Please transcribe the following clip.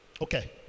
Okay